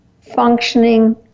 functioning